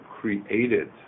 created